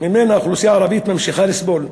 שהאוכלוסייה הערבית ממשיכה לסבול ממנה,